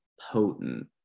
potent